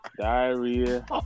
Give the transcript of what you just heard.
diarrhea